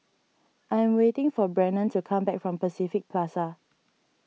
I am waiting for Brennon to come back from Pacific Plaza